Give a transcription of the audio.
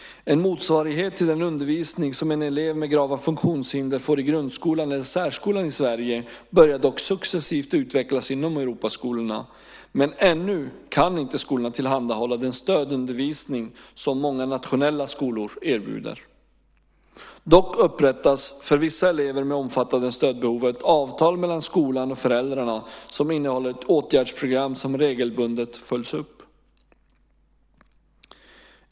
En motsvarighet till den undervisning som en elev med grava funktionshinder får i grundskolan eller särskolan i Sverige börjar dock successivt utvecklas inom Europaskolorna, men ännu kan inte skolorna tillhandahålla den stödundervisning som många nationella skolor erbjuder. Dock upprättas för vissa elever med omfattande stödbehov ett avtal mellan skolan och föräldrarna som innehåller ett åtgärdsprogram som regelbundet följs upp.